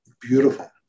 Beautiful